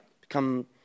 become